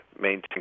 maintain